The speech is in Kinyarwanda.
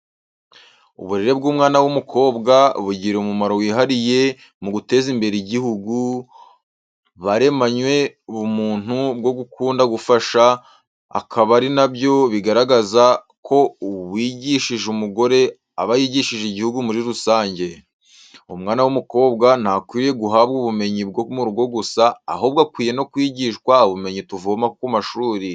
Uburere bw’umwana w’umukobwa bugira umumaro wihariye mu guteza imbere igihugu, baremanywe ubumuntu bwo gukunda gufasha akaba ari na byo bigaragaza ko uwigishije umugore aba yigishije igihugu muri rusange. Umwana w’umukobwa ntakwiriye guhabwa ubumenyi bwo mu rugo gusa ahubwo akwiye no kwigishwa ubumenyi tuvoma ku mashuri.